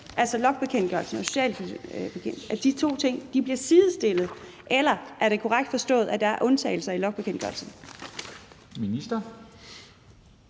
altså logningsbekendtgørelsen og journalføringsbekendtgørelsen, bliver sidestillet? Eller er det korrekt forstået, at der er undtagelser i logningsbekendtgørelsen?